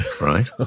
right